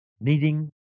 needing